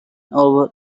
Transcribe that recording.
over